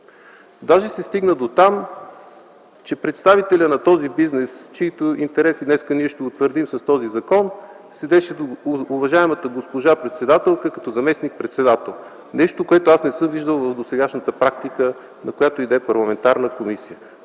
Даже се стигна дотам, че представителят на този бизнес, чийто интерес ние днес ще утвърдим с този закон, седеше до уважаемата госпожа председателка като заместник-председател – нещо, което не съм виждал в досегашната практика на която и да е парламентарна комисия.